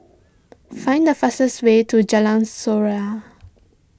find the fastest way to Jalan Surau